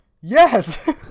Yes